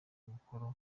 umukoro